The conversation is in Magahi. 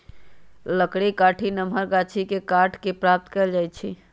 लकड़ी काठी नमहर गाछि के काट कऽ प्राप्त कएल जाइ छइ